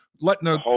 letting